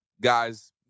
guys